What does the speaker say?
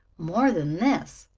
more than this,